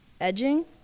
edging